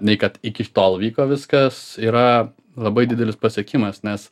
nei kad iki tol vyko viskas yra labai didelis pasiekimas nes